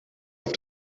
auf